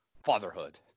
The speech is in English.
fatherhood